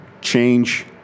change